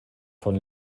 von